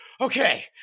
okay